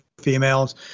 females